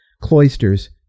cloisters